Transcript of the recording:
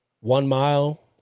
one-mile